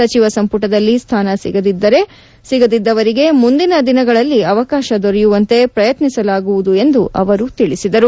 ಸಚಿವ ಸಂಪುಟದಲ್ಲಿ ಸ್ಥಾನ ಸಿಗದಿದ್ದವರಿಗೆ ಮುಂದಿನ ದಿನಗಳಲ್ಲಿ ಅವಕಾಶ ದೊರೆಯುವಂತೆ ಪ್ರಯತ್ನಿಸಲಾಗುವುದು ಎಂದು ಅವರು ತಿಳಿಸಿದರು